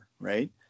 right